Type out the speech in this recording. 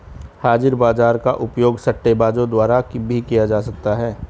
हाजिर बाजार का उपयोग सट्टेबाजों द्वारा भी किया जाता है